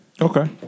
Okay